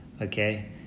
okay